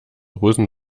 hosen